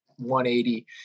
180